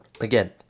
again